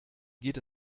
geht